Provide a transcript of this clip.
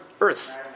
earth